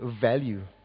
value